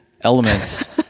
elements